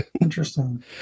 Interesting